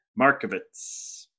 Markovitz